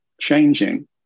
changing